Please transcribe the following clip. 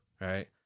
right